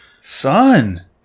Son